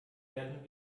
werden